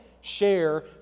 share